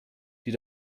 die